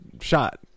shot